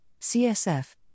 CSF